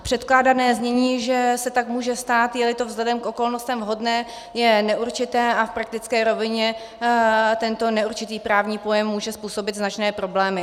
Předkládané znění, že se tak může stát, jeli to vzhledem k okolnostem vhodné, je neurčité a v praktické rovině tento neurčitý právní pojem může způsobit značné problémy.